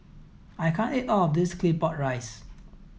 I can't eat all of this Claypot Rice